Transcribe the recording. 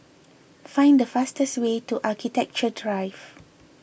find the fastest way to Architecture Drive